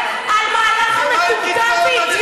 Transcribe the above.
למה אתם לא יושבים פה?